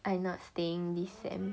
I not staying this semester